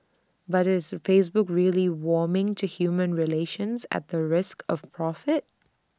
but is Facebook really warming to human relations at the risk of profit